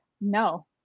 no